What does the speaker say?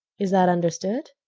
is that understood?